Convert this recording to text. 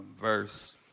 verse